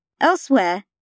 Elsewhere